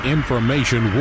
Information